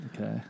Okay